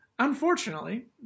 Unfortunately